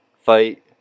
fight